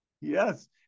yes